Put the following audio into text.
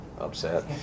upset